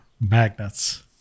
Magnets